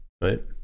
right